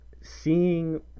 seeing